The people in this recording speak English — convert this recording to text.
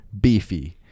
beefy